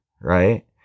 Right